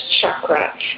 chakra